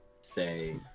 say